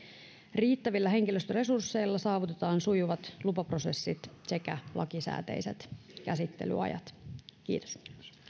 riittävillä henkilöstöresursseilla saavutetaan sujuvat lupaprosessit sekä lakisääteiset käsittelyajat kiitos